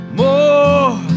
more